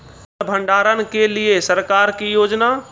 फसल भंडारण के लिए सरकार की योजना?